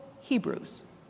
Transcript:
Hebrews